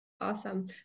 Awesome